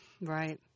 Right